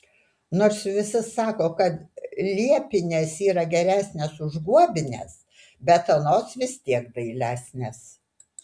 nors visi sako kad liepinės yra geresnės už guobines bet anos vis tiek dailesnės